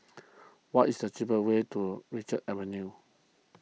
what is the cheapest way to Richards Avenue